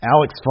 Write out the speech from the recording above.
Alex